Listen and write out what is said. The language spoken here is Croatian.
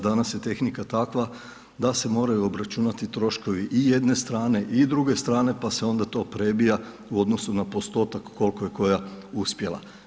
Danas je tehnika takva, da se moraju obračunati troškovi i jedne strane i druge strane, pa se onda to prebija u odnosu na postotak, koliko je koja uspjela.